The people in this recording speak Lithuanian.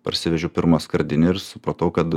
parsivežiau pirmą skardinę ir supratau kad